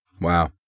Wow